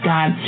God